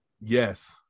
Yes